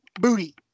Booty